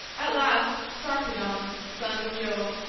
at last sarpedon, son of jove,